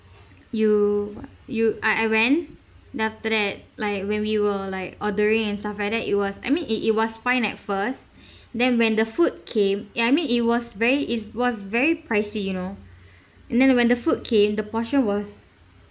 you you I I when then after that like when we were like ordering and stuff like that it was I mean it it was fine at first then when the food came eh I mean it was very it was very pricey you know and then when the food came the portion was